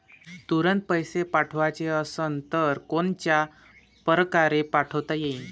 तुरंत पैसे पाठवाचे असन तर कोनच्या परकारे पाठोता येईन?